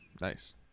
nice